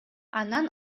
анан